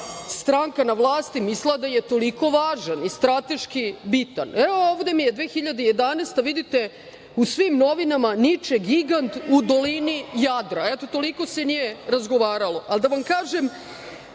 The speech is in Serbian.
stranka na vlasti mislila da je toliko važan i strateški bitan. Evo, ovde mi je 2011. godina, vidite u svim novinama „Niče gigant u dolini Jadra“, eto toliko se nije razgovaralo. Da vam kažem